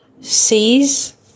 sees